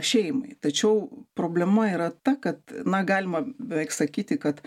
šeimai tačiau problema yra ta kad na galima beveik sakyti kad